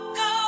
go